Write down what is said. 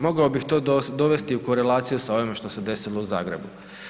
Mogao bih to dovesti u korelaciju sa ovime što se desilo u Zagrebu.